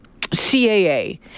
CAA